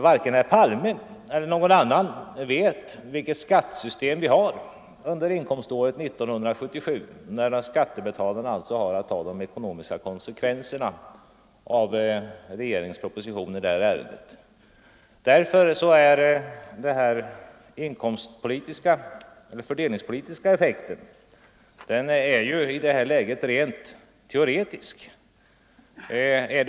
Varken herr Palme eller någon annan vet vilket skattesystem vi har under inkomståret 1977 — när skattebetalarna alltså har att ta de ekonomiska konsekvenserna av regeringens proposition i det här ärendet. Därför är den fördelningspolitiska effekten i det här läget rent teoretisk.